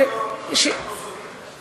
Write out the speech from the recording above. והקרן הזאת,